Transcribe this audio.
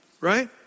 right